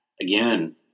again